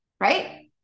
right